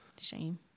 Shame